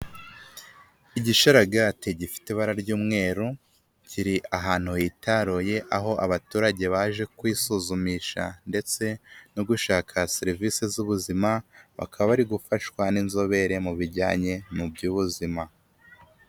Igishararagate gifite ibara ry'umweru, kiri ahantu hitaruye aho abaturage baje kwisuzumisha ndetse, no gushaka serivisi z'ubuzima, bakaba bari gufashwa n'inzobere mu bijyanye mu by'ubuzima.